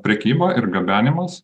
prekyba ir gabenimas